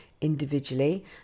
individually